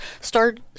start